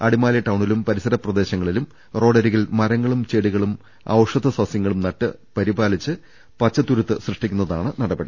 അടിമാലി ടൌണിലും പ്രിസര പ്രദേശങ്ങളിലും റോഡരികിൽ മരങ്ങളും ചെടികളും ഔഷധ സസ്യങ്ങളും നട്ടുപരിപാലിച്ച് പച്ചത്തുരത്ത് സൃഷ്ടിക്കുന്നതാണ് പദ്ധതി